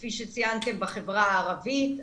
וכפי שציינתם בחברה הערבית,